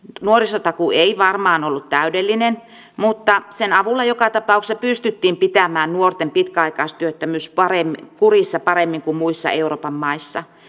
nuorisotakuu ei varmaan ollut täydellinen mutta sen avulla joka tapauksessa pystyttiin pitämään nuorten pitkäaikaistyöttömyys kurissa paremmin kuin muissa euroopan maissa